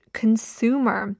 consumer